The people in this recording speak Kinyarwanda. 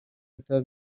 bitabo